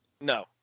No